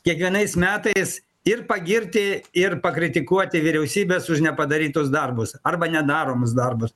kiekvienais metais ir pagirti ir pakritikuoti vyriausybes už nepadarytus darbus arba ne daromus darbus